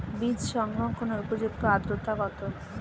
বীজ সংরক্ষণের উপযুক্ত আদ্রতা কত?